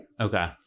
Okay